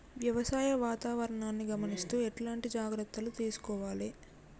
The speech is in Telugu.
వ్యవసాయ వాతావరణాన్ని గమనిస్తూ ఎట్లాంటి జాగ్రత్తలు తీసుకోవాలే?